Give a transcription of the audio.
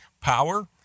power